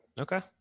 Okay